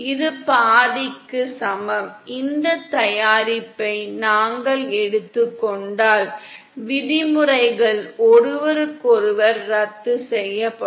இது பாதிக்கு சமம் இந்த தயாரிப்பை நாங்கள் எடுத்துக் கொண்டால் விதிமுறைகள் ஒருவருக்கொருவர் ரத்துசெய்யப்படும்